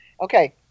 Okay